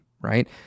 right